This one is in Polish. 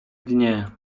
dnie